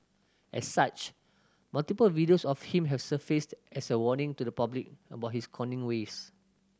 as such multiple videos of him have surfaced as a warning to the public about his conning ways